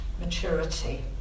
maturity